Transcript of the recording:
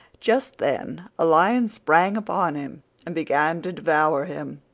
just then a lion sprang upon him and began to devour him.